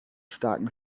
starken